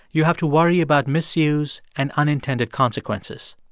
you have to worry about misuse and unintended consequences.